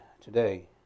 today